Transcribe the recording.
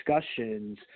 discussions